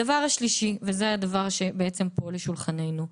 הדבר השלישי עומד פה על שולחננו,